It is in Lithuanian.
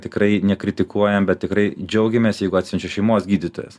tikrai nekritikuojam bet tikrai džiaugiamės jeigu atsiunčia šeimos gydytojas